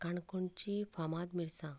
काणकोणची फामाद मिरसांग